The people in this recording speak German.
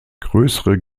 größere